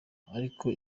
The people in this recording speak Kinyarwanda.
ariko